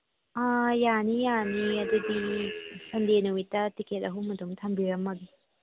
ꯌꯥꯅꯤ ꯌꯥꯅꯤ ꯑꯗꯨꯗꯤ ꯁꯟꯗꯦ ꯅꯨꯃꯤꯠꯇ ꯇꯤꯀꯦꯠ ꯑꯍꯨꯝ ꯑꯗꯨꯝ ꯊꯝꯕꯤꯔꯝꯃꯒꯦ